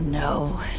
No